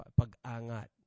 pagangat